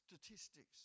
statistics